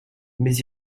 mais